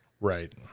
Right